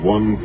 One